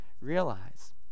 realize